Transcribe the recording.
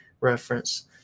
reference